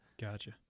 Gotcha